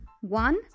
One